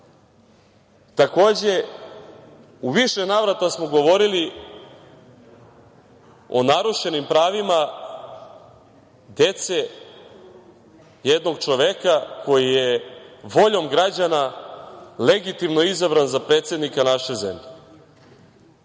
radili. Takođe, u više navrata smo govorili o narušenim pravima dece jednog čoveka koji je voljom građana legitimno izabran za predsednika naše zemlje.